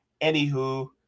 anywho